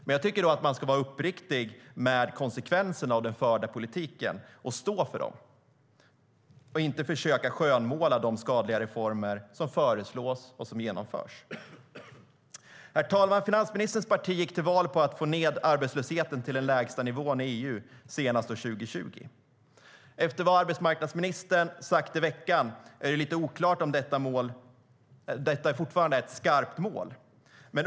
Men jag tycker att man då ska vara uppriktig med konsekvenserna av den förda politiken och stå för dem, inte försöka skönmåla de skadliga reformer som föreslås och genomförs. Herr talman! Finansministerns parti gick till val på att få ned arbetslösheten till den lägsta nivån i EU senast år 2020. Efter vad arbetsmarknadsministern sagt i veckan är det lite oklart om detta fortfarande är ett skarpt mål.